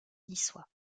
niçois